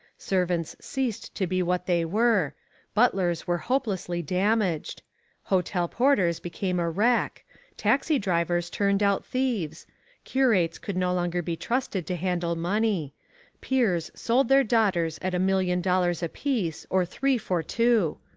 servants ceased to be what they were butlers were hopelessly damaged hotel porters became a wreck taxi-drivers turned out thieves curates could no longer be trusted to handle money peers sold their daughters at a million dollars a piece or three for two.